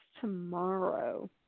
Tomorrow